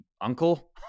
uncle